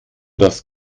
das